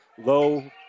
low